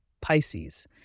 Pisces